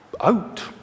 out